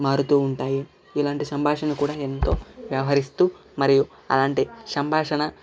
మారుతుంటాయి ఇలాంటి సంభాషణ కూడా ఎంతో వ్యవహరిస్తూ మరియు అలాంటి సంభాషణ